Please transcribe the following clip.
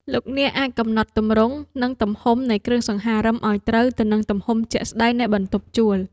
លោកអ្នកអាចកំណត់ទម្រង់និងទំហំនៃគ្រឿងសង្ហារិមឱ្យត្រូវទៅនឹងទំហំជាក់ស្ដែងនៃបន្ទប់ជួល។